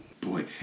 Boy